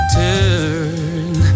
turn